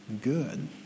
good